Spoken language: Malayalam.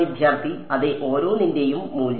വിദ്യാർത്ഥി അതെ ഓരോന്നിന്റെയും മൂല്യം